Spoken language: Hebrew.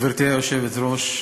גברתי היושבת-ראש,